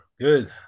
good